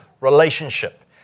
relationship